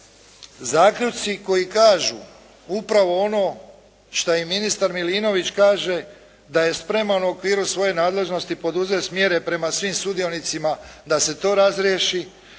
zaključci koji kažu upravo ono što i ministar Milinović kaže da je spreman u okviru svoje nadležnosti poduzeti mjere prema svim sudionicima da se to razriješi,